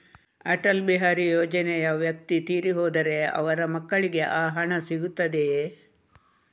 ಅಟಲ್ ಬಿಹಾರಿ ಯೋಜನೆಯ ವ್ಯಕ್ತಿ ತೀರಿ ಹೋದರೆ ಅವರ ಮಕ್ಕಳಿಗೆ ಆ ಹಣ ಸಿಗುತ್ತದೆಯೇ?